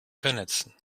vernetzen